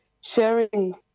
sharing